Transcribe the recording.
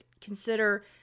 consider